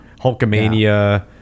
Hulkamania